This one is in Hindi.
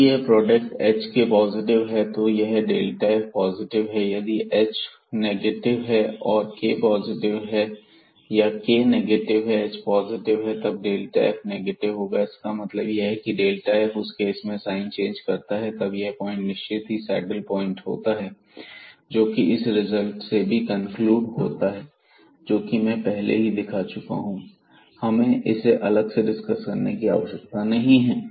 यदि यह प्रोडक्ट hk पॉजिटिव है तो यह f पॉजिटिव है यदि h नेगेटिव है और k पॉजिटिव है या k नेगेटिव है h पॉजिटिव है तब डेल्टा f नेगेटिव होगा इसका मतलब यह है की डेल्टा f उस केस में साइन चेंज करता है और तब यह पॉइंट निश्चित ही सैडल पॉइंट होता है जोकि इस रिजल्ट से भी कनक्लूड होता है जो कि मैं पहले ही दिखा चुका हूं हमें इसे अलग से डिस्कस करने की आवश्यकता नहीं है